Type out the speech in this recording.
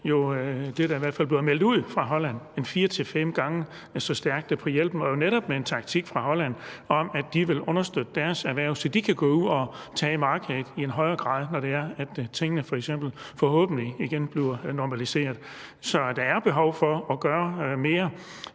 er der i hvert fald blevet meldt ud fra Holland – fire til fem gange så stærkt med hensyn til hjælpen og jo netop med en taktik fra Holland om, at de vil understøtte deres erhverv, så de i højere grad kan gå ud på markedet, når det er, at tingene f.eks. forhåbentlig igen bliver normaliseret. Så der er behov for at gøre mere.